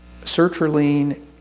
Sertraline